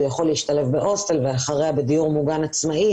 הוא יכול להשתלב בהוסטל ואחר כך בדיור מוגן עצמאי